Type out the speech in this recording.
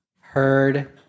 heard